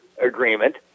agreement